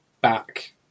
back